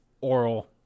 oral